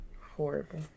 horrible